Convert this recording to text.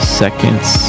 seconds